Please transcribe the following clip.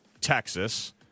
Texas